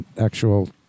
actual